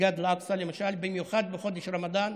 במסגד אל-אקצא, למשל, במיוחד בחודש הרמדאן,